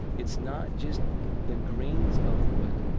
it's not just the grains of wood.